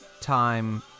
time